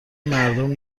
مردم